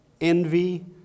envy